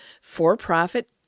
for-profit